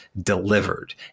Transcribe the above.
delivered